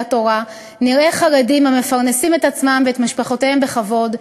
התורה נראה חרדים המפרנסים את עצמם ואת משפחותיהם בכבוד,